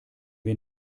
wir